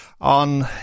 on